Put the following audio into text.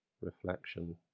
reflection